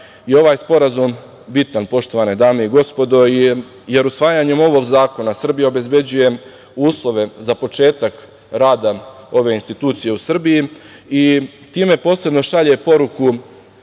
i ovaj sporazum je bitan, poštovane dame i gospodo, jer usvajanjem ovog zakona Srbija obezbeđuje uslove za početak rada ove institucije u Srbiji i time posebno šalje poruku